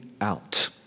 out